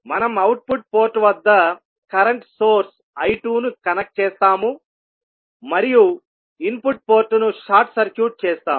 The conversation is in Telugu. మనం అవుట్పుట్ పోర్ట్ వద్ద కరెంట్ సోర్స్ I2 ను కనెక్ట్ చేస్తాము మరియు ఇన్పుట్ పోర్టును షార్ట్ సర్క్యూట్ చేస్తాము